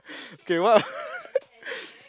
okay what